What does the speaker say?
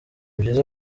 byiza